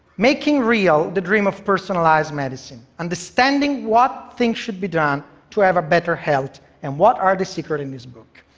making real the dream of personalized medicine, understanding what things should be done to have better health and what are the secrets in these books.